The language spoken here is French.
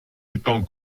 étant